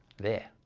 there